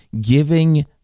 giving